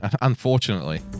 unfortunately